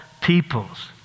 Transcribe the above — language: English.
peoples